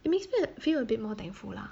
it makes me like feel a bit more thankful lah